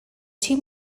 two